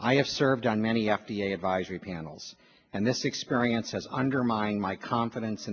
i have served on many the advisory panels and this experience has undermined my confidence